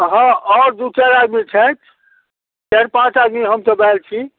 हँ आओर दुइ चारि आदमी छथि चारि पाँच आदमी हमसभ आएल छी